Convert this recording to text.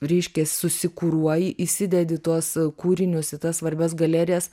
ryškiai susikuruoji įsidedi tuos kūrinius į tas svarbias galerijas